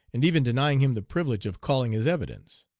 and even denying him the privilege of calling his evidence?